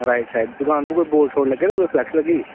right side दुकान उप्पर कोई बोर्ड शोर्ड लग्गे दा कोई फलैक्स लगी दी